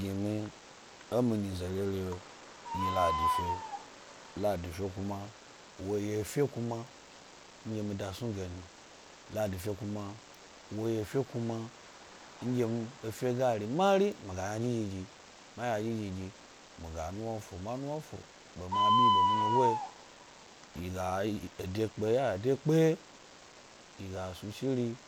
Gi mi, wmi nyize rere’o ladi fe. Ladi fe kuma wo yi efe kuma nɗye mi dasnu ge yna. Ladi fe kuma wo yi efe kuma nɗye efe ga ri mari, ma ynaɗyi ɗyi, mi ga nwna fu be ma abi be mi nyi go yi. Yi ga ede pke, yi ga snu shir iyi